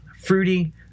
fruity